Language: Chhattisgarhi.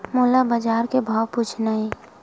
मोला बजार के भाव पूछना हे?